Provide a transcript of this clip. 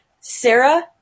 Sarah